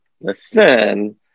listen